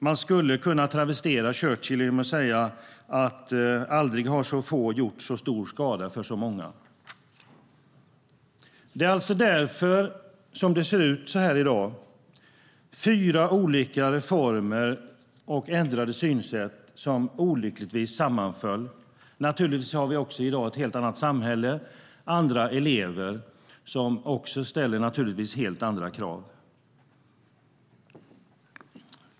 Man skulle kunna travestera Churchill genom att säga att aldrig har så få gjort så stor skada för så många. Det är alltså därför som det ser ut så här i dag. Det är fyra olika reformer och ändrade synsätt som olyckligtvis sammanföll. Naturligtvis har vi i dag ett helt annat samhälle och andra elever som ställer helt andra krav.